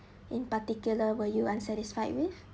in particular were you unsatisfied with